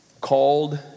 called